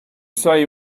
say